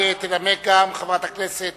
תנמק גם חברת הכנסת